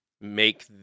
make